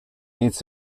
needs